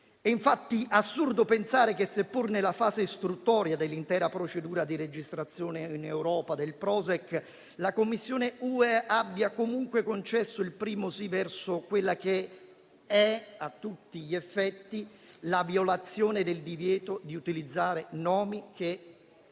assurdo pensare che seppur nella fase istruttoria dell'intera procedura di registrazione in Europa del Prošek, la Commissione UE abbia comunque concesso il primo sì verso quella che è a tutti gli effetti la violazione del divieto di utilizzare nomi che